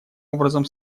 образом